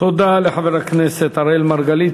תודה לחבר הכנסת אראל מרגלית.